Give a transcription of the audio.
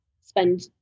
spend